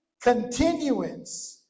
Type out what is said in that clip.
continuance